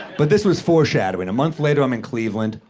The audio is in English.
but this was foreshadowing. a month later, i'm in cleveland,